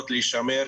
היושב-ראש,